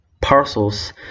parcels